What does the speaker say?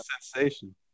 sensation